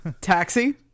Taxi